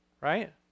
right